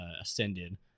Ascended